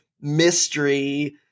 mystery